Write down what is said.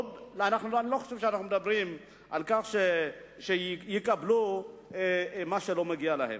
אני לא חושב שאנחנו מדברים על כך שיקבלו מה שלא מגיע להם.